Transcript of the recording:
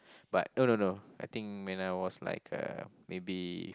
but no no no I think when I was like uh maybe